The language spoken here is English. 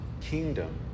kingdom